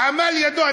עמל ידו,